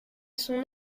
son